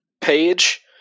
page